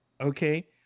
Okay